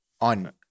on